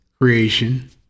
creation